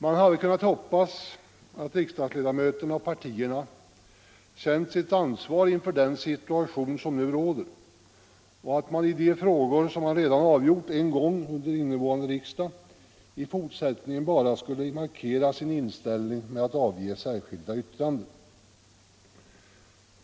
Man hade kunnat hoppas att riksdagsledamöterna och partierna känt sitt ansvar inför den situation som nu råder och att man i de frågor som man redan avgjort en gång under innevarande riksdag i fortsättningen endast skulle markera sin inställning med att avgiva särskilda yttranden.